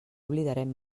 oblidarem